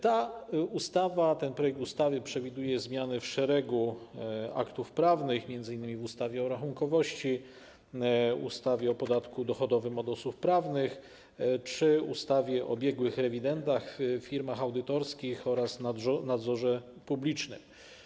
Ten projekt ustawy przewiduje zmiany w szeregu aktów prawnych, m.in. w ustawie o rachunkowości, ustawie o podatku dochodowym od osób prawnych czy ustawie o biegłych rewidentach, firmach audytorskich oraz nadzorze publicznym.